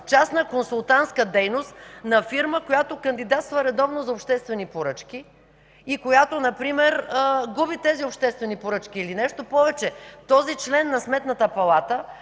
частна консултантска дейност на фирма, която кандидатства редовно за обществени поръчки и която например ги губи или нещо повече, този член на Сметната палата